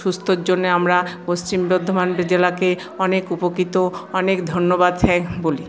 সুস্থর জন্যে আমরা পশ্চিম বর্ধমান জেলাকে অনেক উপকৃত অনেক ধন্যবাদ থ্যাংকস বলি